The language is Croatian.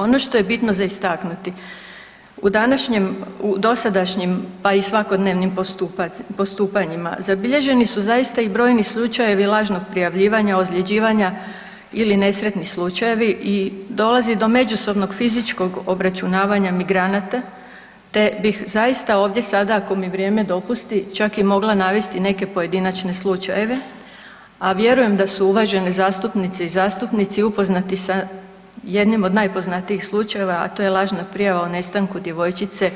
Ono što je bitno za istaknuti u današnjem, u dosadašnjim pa i svakodnevnim postupanjima zabilježeni su zaista i brojni slučajevi lažnog prijavljivanja, ozljeđivanja ili nesretni slučajevi i dolazi do međusobnog fizičkog obračunavanja migranata te bih zaista ovdje sada ako mi vrijeme dopusti čak i mogla navesti neke pojedinačne slučajeve, a vjerujem da su uvažene zastupnice i zastupnici upoznati sa jednim od najpoznatijih slučajeva, a to je lažna prijava o nestanku djevojčice